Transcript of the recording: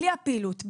בלי הפעילות,